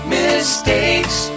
mistakes